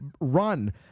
run